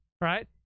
right